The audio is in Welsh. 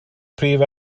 prif